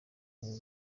huye